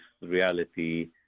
reality